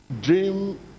dream